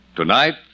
Tonight